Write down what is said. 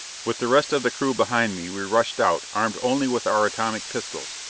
with the rest of the crew behind me, we rushed out, armed only with our atomic pistols.